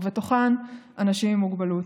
ובתוכן אנשים עם מוגבלות.